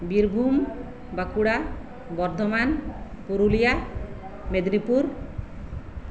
Birbhum Bankura Bardhaman Purulia Medinipur